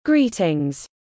Greetings